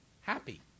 happy